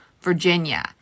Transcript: Virginia